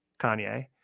Kanye